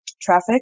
traffic